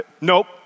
Nope